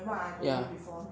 ya